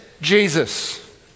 Jesus